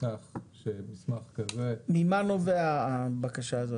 לכך שמסמך כזה --- ממה נובעת הבקשה הזאת?